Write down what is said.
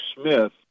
Smith